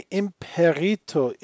imperito